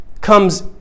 comes